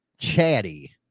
chatty